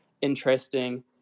interesting